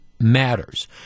matters